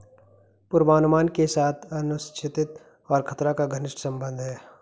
पूर्वानुमान के साथ अनिश्चितता और खतरा का घनिष्ट संबंध है